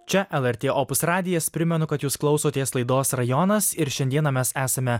čia lrt opus radijas primenu kad jūs klausotės laidos rajonas ir šiandieną mes esame